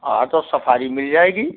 हाँ तो सफारी मिल जाएगी